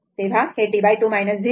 तर हे T2 0